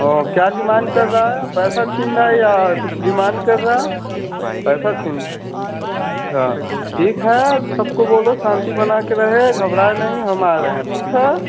और क्या डिमांड कर रहा है पैसा छीन रहा है या कुछ डिमांड कर रहा है पैसा छीन अच्छा ठीक है अब सब को बोलो शांति बना के रहे घबराएँ नहीं हम आ रहें हैं ठीक है